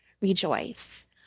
rejoice